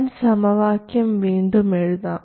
ഞാൻ സമവാക്യം വീണ്ടും എഴുതാം